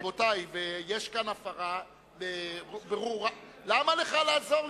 רבותי, יש כאן הפרה ברורה, יש לנו חוקים.